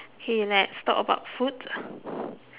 okay let's talk about food